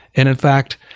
and in fact,